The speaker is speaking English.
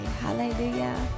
Hallelujah